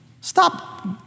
Stop